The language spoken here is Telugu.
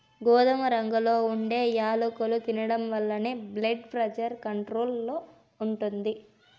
గోధుమ రంగులో ఉండే యాలుకలు తినడం వలన బ్లెడ్ ప్రెజర్ కంట్రోల్ లో ఉంటుంది